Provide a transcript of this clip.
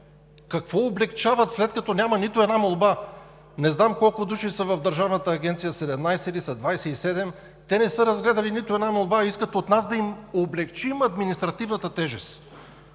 Какво облекчават, след като няма нито една молба? Не знам колко души са в Държавната агенция – 17 ли са, 27 ли са? Те не са разгледали нито една молба, а искат от нас да им облекчим административната тежест.